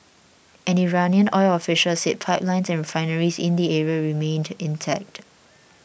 an Iranian oil official said pipelines and refineries in the area remained intact